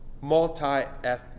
Multi-ethnic